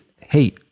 Hey